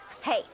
Hey